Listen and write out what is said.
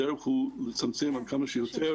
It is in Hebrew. הדרך היא לצמצם עד כמה שיותר,